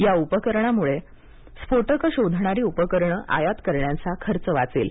या उपकरणामुळे स्फोटकं शोधणारी उपकरणं आयात करण्याचा खर्च वाचेल